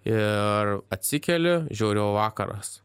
ir atsikeliu žiūriu vakaras